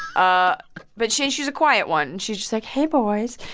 ah but she's she's a quiet one. she's just, like, hey, boys.